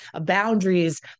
boundaries